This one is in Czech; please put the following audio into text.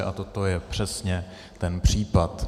A toto je přesně ten případ.